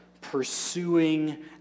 pursuing